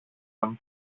τον